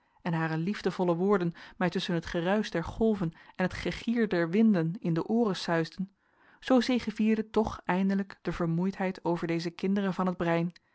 en hare liefdevolle woorden mij tusschen het geruisch der golven en het gegier der winden in de ooren suisden zoo zegevierde toch eindelijk de vermoeidheid over deze kinderen van het brein